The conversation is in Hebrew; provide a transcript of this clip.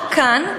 רק כאן,